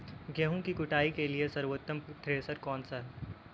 गेहूँ की कुटाई के लिए सर्वोत्तम थ्रेसर कौनसा है?